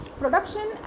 production